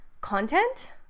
content